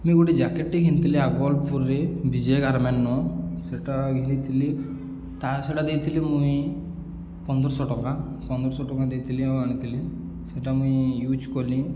ମୁଇଁ ଗୋଟେ ଜ୍ୟାକେଟ୍ଟେ ଘିଣିଥିଲି ଆଗଲ୍ପୁରରେ ବିଜୟ ଗାର୍ମେଣ୍ଟ୍ନୁଁ ସେଟା ଘିନିଥିଲି ତା ସେଇଟା ଦେଇଥିଲି ମୁଇଁ ପନ୍ଦରଶହ ଟଙ୍କା ପନ୍ଦରଶହ ଟଙ୍କା ଦେଇଥିଲି ଆଉ ଆଣିଥିଲି ସେଟା ମୁଇଁ ୟୁଜ୍ କଲି